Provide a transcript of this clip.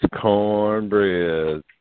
Cornbread